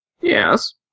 Yes